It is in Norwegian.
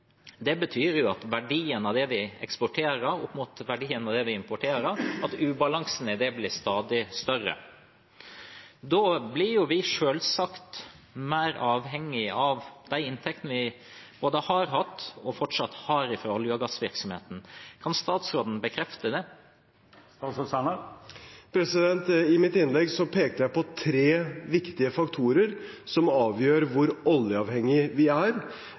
Det betyr at når det gjelder verdien av det vi eksporterer opp mot verdien av det vi importerer, blir ubalansen stadig større. Da blir vi selvsagt mer avhengig av de inntektene vi har hatt og fortsatt har fra olje- og gassvirksomheten. Kan statsråden bekrefte det? I mitt innlegg pekte jeg på tre viktige faktorer som avgjør hvor oljeavhengig vi er,